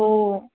ஓ